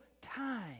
time